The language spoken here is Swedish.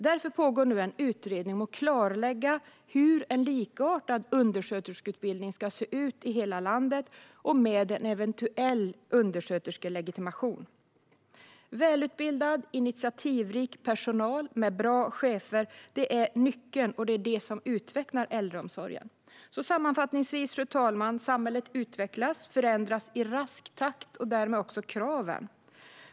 Därför pågår nu en utredning om att klarlägga hur en likartad undersköterskeutbildning ska se ut i hela landet med en eventuell undersköterskelegitimation. Välutbildad, initiativrik personal med bra chefer är nyckeln, och det är det som utvecklar äldreomsorgen. Fru talman! Samhället utvecklas och förändras i rask takt - och därmed också kraven.